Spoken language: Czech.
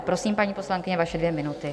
Prosím, paní poslankyně, vaše dvě minuty.